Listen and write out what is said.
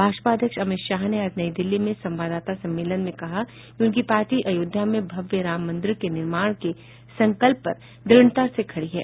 भाजपा अध्यक्ष अमित शाह ने आज नई दिल्ली में संवाददाता सम्मेलन में कहा कि उनकी पार्टी अयोध्या में भव्य राम मंदिर के निर्माण के संकल्प पर द्रढ़ता से खड़ी है